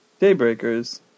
Daybreakers